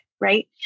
right